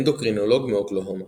אנדוקרינולוג מאוקלהומה.